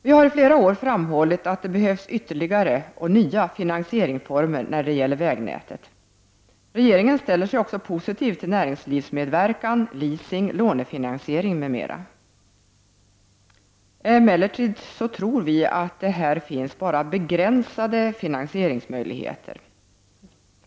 Vi har i flera år framhållit att det behövs ytterligare och nya finansieringsformer när det gäller vägnätet. Regeringen ställer sig också positiv till nä ringslivsmedverkan, leasing, lånefinansiering m.m. Emellertid tror vi att detta innebär endast begränsade finansieringsmöjligheter.